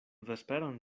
vesperon